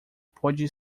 pode